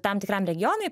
tam tikram regionui